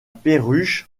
perruche